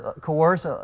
coerce